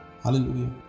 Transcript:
Hallelujah